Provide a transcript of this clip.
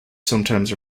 sometimes